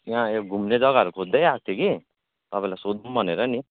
यहाँ यो घुम्ने जग्गाहरू खोज्दै आएको थिएँ कि तपाईँलाई सोधौँ भनेर नि